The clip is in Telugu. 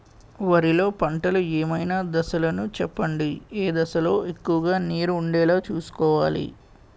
వరిలో పంటలు ఏమైన దశ లను చెప్పండి? ఏ దశ లొ ఎక్కువుగా నీరు వుండేలా చుస్కోవలి?